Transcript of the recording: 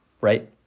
Right